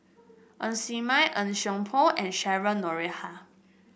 Ng Ser Miang Ng Seng Poh and Cheryl Noronha